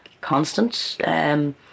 constant